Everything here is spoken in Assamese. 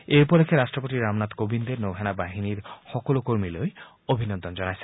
এই উপলক্ষে ৰাট্টপতি ৰামনাথ কোবিন্দে নৌ সেনা বাহিনীৰ সকলো কৰ্মীলৈ অভিনন্দন জনাইছে